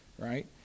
right